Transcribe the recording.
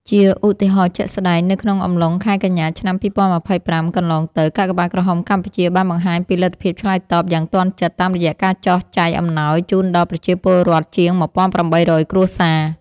ជាឧទាហរណ៍ជាក់ស្ដែង នៅក្នុងអំឡុងខែកញ្ញា ឆ្នាំ២០២៥ កន្លងទៅ កាកបាទក្រហមកម្ពុជាបានបង្ហាញពីលទ្ធភាពឆ្លើយតបយ៉ាងទាន់ចិត្ត តាមរយៈការចុះចែកអំណោយជូនដល់ប្រជាពលរដ្ឋជាង ១៨០០ គ្រួសារ។